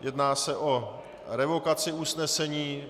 Jedná se o revokaci usnesení